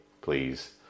please